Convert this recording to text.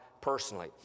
personally